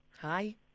Hi